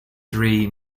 three